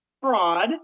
fraud